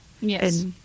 yes